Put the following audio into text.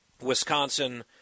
wisconsin